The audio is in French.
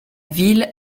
ville